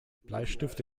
bleistifte